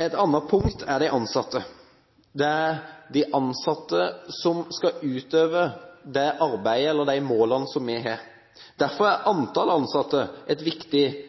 Et annet punkt er de ansatte. Det er de ansatte som skal utøve arbeidet – eller nå de målene vi har. Derfor er antallet ansatte viktig.